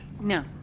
No